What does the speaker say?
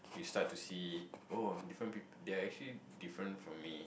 you start to see oh different people they are actually different from me